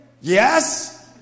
yes